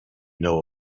know